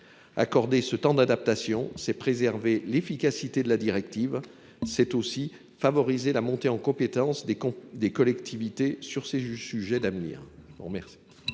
Accorder ce temps d’adaptation, c’est préserver l’efficacité de la directive et favoriser la montée en compétences des collectivités sur ces sujets d’avenir.